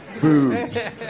Boobs